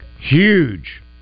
huge